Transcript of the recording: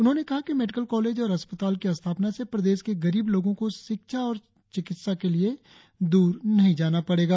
उन्होंने कहा कि मेडिकल कॉलेज और अस्पताल की स्थापना से प्रदेश के गरीब लोगों को शिक्षा और चिकित्सा के लिए दूर नही जाना पड़ेगा